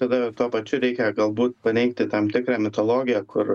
tada tuo pačiu reikia galbūt paneigti tam tikrą mitologiją kur